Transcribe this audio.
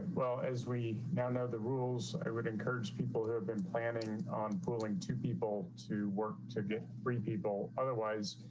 well, as we now know the rules, i would encourage people who have been planning on pulling two people to work to get three people. otherwise,